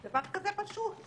זה דבר כזה פשוט.